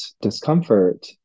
discomfort